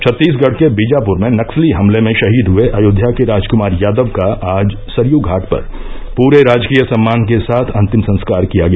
छत्तीसगढ़ के बीजापुर में नक्सली हमले में शहीद हुए अयोध्या के राजकुमार यादव का आज सरयू घाट पर पूरे राजकीय सम्मान के साथ अन्तिम संस्कार किया गया